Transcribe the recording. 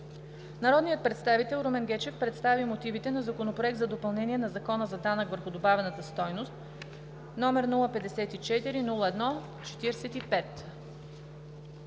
Народният представител Румен Гечев представи мотивите на Законопроект за допълнение на Закона за данъка върху добавената стойност, № 054-01-45.